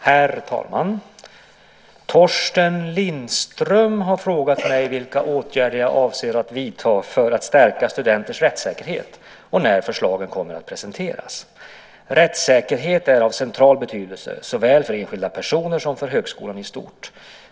Herr talman! Torsten Lindström har frågat mig vilka åtgärder jag avser att vidta för att stärka studenters rättssäkerhet och när förslagen kommer att presenteras. Rättssäkerhet är av central betydelse såväl för enskilda personer som för högskolan i stort.